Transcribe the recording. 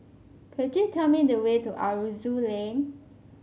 could you tell me the way to Aroozoo Lane